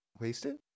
Wasted